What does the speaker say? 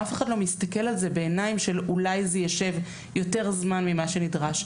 אף אחד לא מסתכל על זה בעיניים של אולי זה יישב יותר זמן ממה שנדרש.